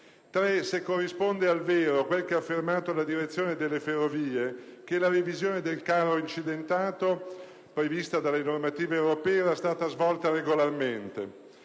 se corrisponde al vero quel che ha affermato la direzione delle Ferrovie che la revisione del carro incidentato prevista dalle normative europee era stata svolta regolarmente.